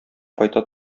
кайта